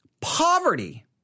poverty